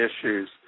issues